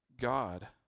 god